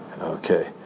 Okay